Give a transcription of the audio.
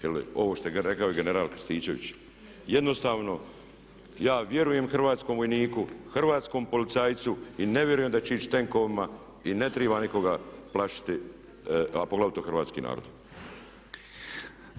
Jer ovo što je rekao i general Krstičević jednostavno ja vjerujem hrvatskom vojniku, hrvatskom policajcu i ne vjerujem da će ići tenkovima i ne treba nikoga plašiti, a poglavito hrvatski narod.